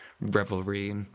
revelry